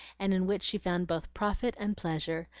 and in which she found both profit and pleasure,